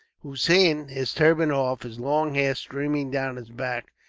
hossein, his turban off, his long hair streaming down his back,